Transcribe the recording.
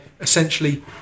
essentially